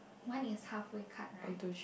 one is halfway cut right